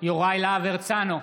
יוראי להב הרצנו,